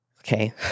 okay